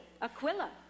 Aquila